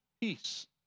peace